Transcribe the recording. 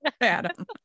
Adam